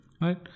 right